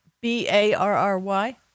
b-a-r-r-y